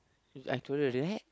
cause I told her that